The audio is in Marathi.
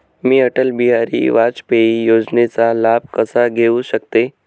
मी अटल बिहारी वाजपेयी योजनेचा लाभ कसा घेऊ शकते?